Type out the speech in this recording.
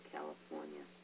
California